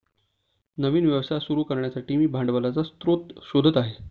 नवीन व्यवसाय सुरू करण्यासाठी मी भांडवलाचा स्रोत शोधत आहे